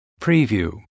Preview